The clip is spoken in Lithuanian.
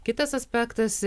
kitas aspektas